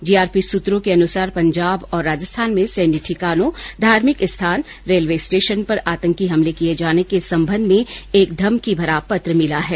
GRP सूत्रों के अनुसार पंजाब और राजस्थान में सैन्य ठिकानों धार्मिक स्थान रेलवे स्टेशन पर आतंकी हमले किए जाने के संबंध में एक धमकी भरा पत्र मिला है